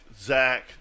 Zach